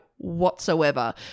Whatsoever